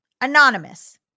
anonymous